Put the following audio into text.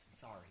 sorry